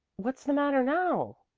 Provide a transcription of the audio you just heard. what's the matter now?